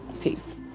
Peace